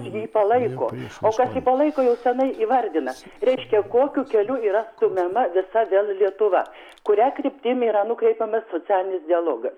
jį palaiko o kas jį palaiko jau seniai įvardina reiškia kokiu keliu yra stumiama visa vėl lietuva kuria kryptim yra nukreipiamas socialinis dialogas